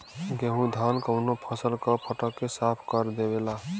गेहू धान कउनो फसल क फटक के साफ कर देवेला